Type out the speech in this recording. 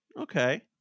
Okay